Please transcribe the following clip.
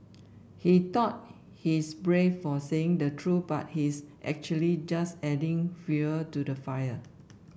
he thought he's brave for saying the truth but he's actually just adding fuel to the fire